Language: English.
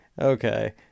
okay